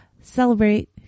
celebrate